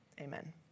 Amen